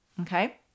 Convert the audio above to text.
Okay